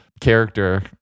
character